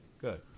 Good